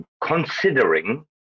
Considering